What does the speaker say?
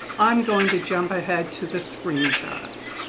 i'm going to jump ahead to the screenshots.